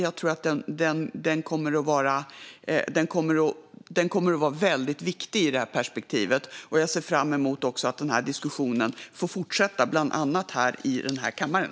Jag tror att den kommer att vara väldigt viktig i det här sammanhanget, och jag ser också fram emot att den här diskussionen får fortsätta, bland annat här i kammaren.